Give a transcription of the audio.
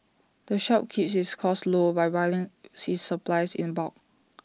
the shop keeps its costs low by buying its supplies in bulk